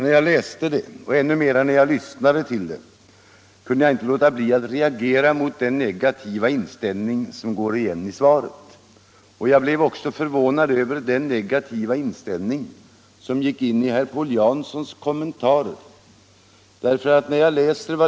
När jag läste det, och ännu mer när jag lyssnade till det, kunde jag inte låta bli att reagera mot den negativa inställning som går igen i svaret. Jag blev också förvånad över den negativa inställning som framgick av herr Paul Janssons kommentar.